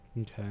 okay